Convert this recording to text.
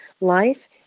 life